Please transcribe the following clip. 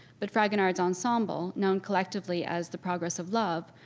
but fragonard's ensemble, known collectively as the progress of love,